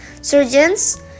surgeons